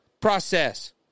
process